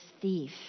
thief